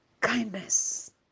Kindness